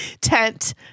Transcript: tent